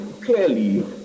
clearly